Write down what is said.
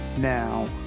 now